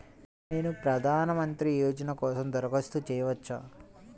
నేను ప్రధాన మంత్రి యోజన కోసం దరఖాస్తు చేయవచ్చా?